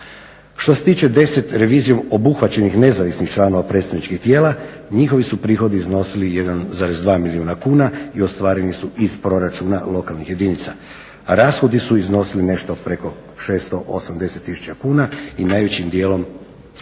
Što se tiče 10 revizijom obuhvaćenih nezavisnih članova predstavničkih tijela, njihovi su prihodi iznosili 1,2 milijuna kuna i ostvareni su iz proračuna lokalnih jedinica. Rashodi su iznosili nešto preko 680 tisuća kuna i najvećim dijelom su